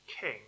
king